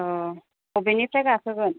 अबेनिफ्राय गाखोगोन